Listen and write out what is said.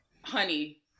Honey